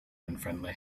unfriendly